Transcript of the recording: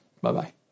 Bye-bye